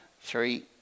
three